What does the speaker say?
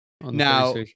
Now